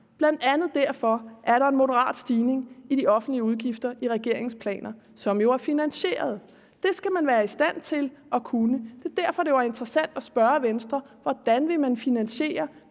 bl.a. derfor er der en moderat stigning i de offentlige udgifter i regeringens planer, som jo er finansieret. Det skal man være i stand til at kunne. Det er derfor, det er interessant at spørge Venstre, hvordan man vil finansiere